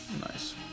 nice